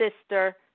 sister